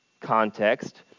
context